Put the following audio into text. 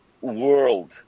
world